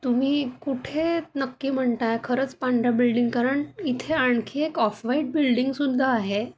तुम्ही कुठे नक्की म्हणताय खरंच पांढऱ्या बिल्डिंग कारण इथे आणखी एक ऑफ वाईट बिल्डिंग सुद्धा आहे